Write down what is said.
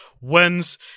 wins